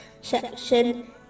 section